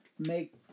Make